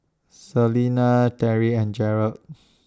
Celena Teri and Jerald